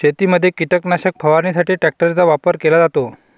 शेतीमध्ये कीटकनाशक फवारणीसाठी ट्रॅक्टरचा वापर केला जातो